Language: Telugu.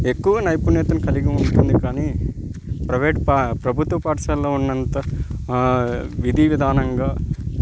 ఎక్కువ నైపుణ్యతను కలిగి ఉంటుంది కానీ ప్రవేట్ పా ప్రభుత్వ పాఠశాల్లో ఉన్నంత విధి విధానంగా